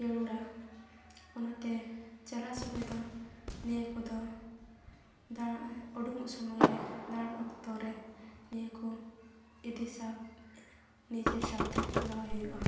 ᱡᱟᱹᱲᱩᱲᱟ ᱚᱱᱟᱛᱮ ᱪᱟᱞᱟᱜ ᱥᱩᱢᱟᱹᱭ ᱫᱚ ᱱᱤᱭᱟᱹ ᱠᱚᱫᱚ ᱫᱟᱬᱟ ᱩᱰᱩᱝᱚᱜ ᱥᱩᱢᱟᱹᱭ ᱨᱮ ᱫᱟᱬᱟᱱ ᱚᱠᱛᱚ ᱨᱮ ᱱᱤᱭᱟᱹ ᱠᱚ ᱤᱫᱤ ᱥᱟᱶ ᱱᱤᱡᱮᱨ ᱥᱟᱶᱛᱮ ᱫᱚᱦᱚᱭ ᱦᱩᱭᱩᱜᱼᱟ